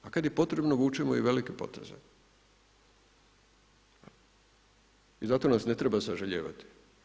A kada je potrebno vučemo i velike poteze i zato nas ne treba sažalijevati.